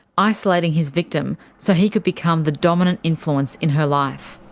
isolating his victim so he could become the dominant influence in her life.